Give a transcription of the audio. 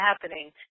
happening